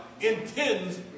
intends